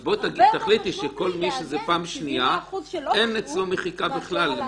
אז תחליטי שכל מי שזאת פעם שנייה --- מחיקה בכלל.